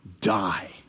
die